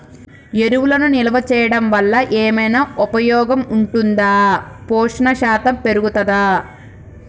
ఎరువులను నిల్వ చేయడం వల్ల ఏమైనా ఉపయోగం ఉంటుందా పోషణ శాతం పెరుగుతదా?